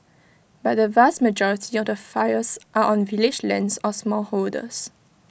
but the vast majority of the fires are on village lands or smallholders